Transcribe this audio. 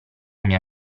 mia